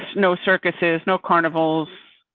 no circuses no carnivals.